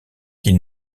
qu’il